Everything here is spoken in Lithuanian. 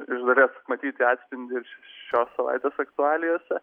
iš dalies matyti atspindį ir šios savaitės aktualijose